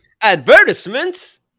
Advertisements